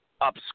up